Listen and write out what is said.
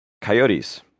Coyotes